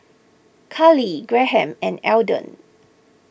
Karly Graham and Elden